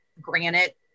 granite